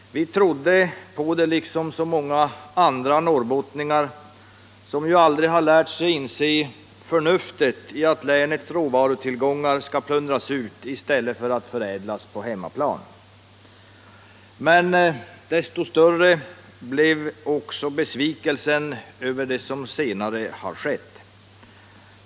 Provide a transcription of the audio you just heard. Vi trodde på det, liksom så många andra norrbottningar som aldrig lärt sig inse förnuftet i att länets råvarutillgångar skall plundras ut i stället för att förädlas på hemmaplan. Men desto större blev besvikelsen över det som senare har skett.